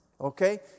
Okay